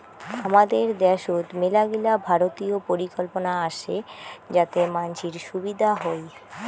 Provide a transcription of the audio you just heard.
হামাদের দ্যাশোত মেলাগিলা ভারতীয় পরিকল্পনা আসে যাতে মানসির সুবিধা হই